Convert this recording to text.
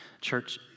Church